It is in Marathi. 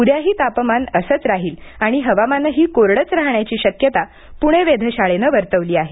उद्याही तापमान असंच राहील आणि हवामानही कोरडंच राहण्याची शक्यता पुणे वेधशाळेनं वर्तवली आहे